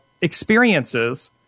experiences